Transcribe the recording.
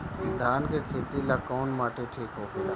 धान के खेती ला कौन माटी ठीक होखेला?